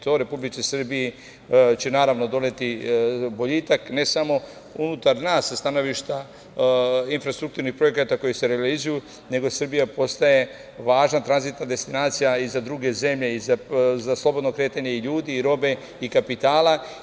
To Republici Srbiji će naravno doneti boljitak, ne samo unutar nas sa stanovišta infrastrukturnih projekata koji se realizuju, nego Srbija postaje važna tranzitna destinacija i za druge zemlje, za slobodno kretanje ljudi, robe i kapitala.